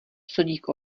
sodík